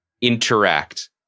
interact